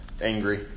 angry